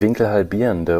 winkelhalbierende